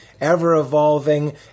ever-evolving